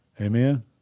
Amen